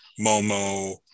Momo